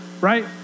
right